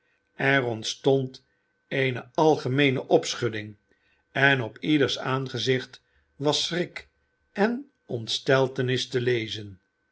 er ontstond eene algemeene opschudding en op ieders aangezicht was schrik en ontsteltenis te lezen